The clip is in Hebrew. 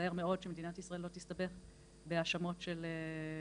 ולהיזהר מאוד שמדינת ישראל לא תסתבך בהאשמות של --- כן.